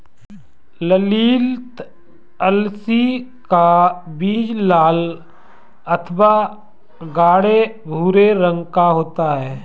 ललीत अलसी का बीज लाल अथवा गाढ़े भूरे रंग का होता है